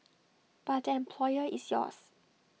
but the employer is yours